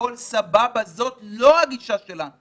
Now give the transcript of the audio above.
"הכול סבבה", זו לא הגישה שלנו.